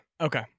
okay